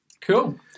Cool